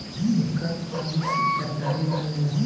एकर फली से तरकारी बनेला